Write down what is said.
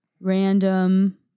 random